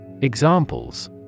Examples